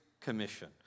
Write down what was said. Commission